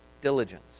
diligence